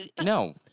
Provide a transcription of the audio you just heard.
No